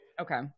Okay